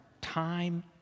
time